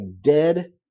dead